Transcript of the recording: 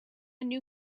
new